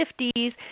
50s